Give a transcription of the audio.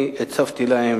הקצבתי להם